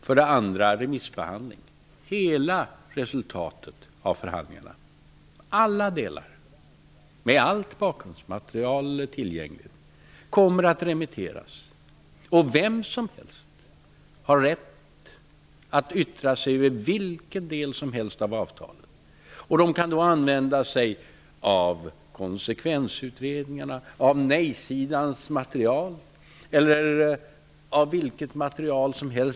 För det andra gäller det remissbehandlingen. Hela resultatet av förhandlingarna -- alltså alla delar, med allt bakgrundsmaterial tillgängligt -- kommer att remitteras. Vem som helst har rätt att yttra sig över vilken del som helst av avtalet. Man kan då använda sig av konsekvensutredningarna, av nejsidans material eller av vilket material som helst.